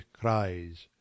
cries